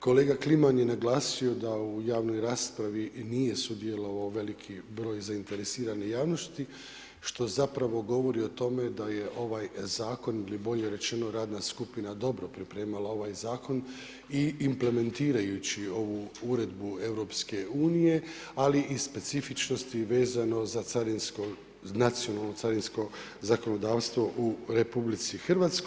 Kolega Kliman je naglasio da u javnoj raspravi nije sudjelovao veliki broj zainteresirane javnosti što govori o tome da je ovaj zakon ili bolje rečeno radna skupina dobro pripremala ovaj zakon i implementirajući ovu uredbu EU, ali i specifičnosti vezano za nacionalno carinsko zakonodavstvo u RH.